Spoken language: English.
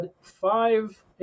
five